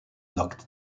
locked